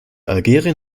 algerien